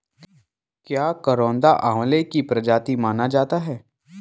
क्या करौंदा आंवले की प्रजाति माना जाता है?